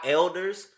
elders